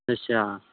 ਅੱਛਾ